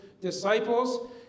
Disciples